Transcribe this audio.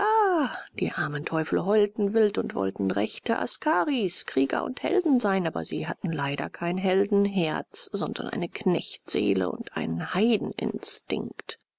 die armen teufel heulten wild und wollten rechte askaris krieger und helden sein aber sie hatten leider kein heldenherz sondern eine knechtseele und einen